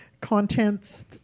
contents